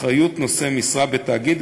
אחריות נושא משרה בתאגיד,